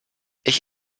ich